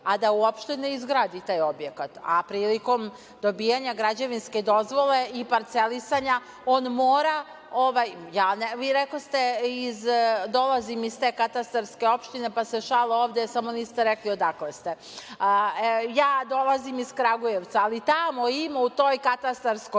a da uopšte ne izgradi taj objekat, a prilikom dobijanja građevinske dozvole i parcelisanja on mora… Vi rekoste – dolazim iz te katastarske opštine, pa ste se šalili ovde, samo niste rekli odakle ste. Ja dolazim iz Kragujevca, ali u toj katastarskoj